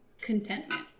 contentment